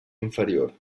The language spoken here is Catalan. inferior